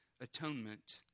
atonement